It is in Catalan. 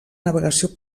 navegació